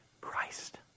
Christ